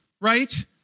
right